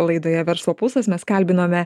laidoje verslo pulsas mes kalbinome